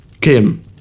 Kim